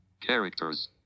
Characters